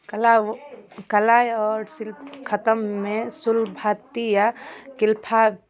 कला कला आओर शिल्प खतममे सुलभती या किलफा